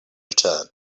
return